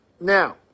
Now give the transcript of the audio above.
Now